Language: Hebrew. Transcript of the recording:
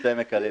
ונימצא מקללים,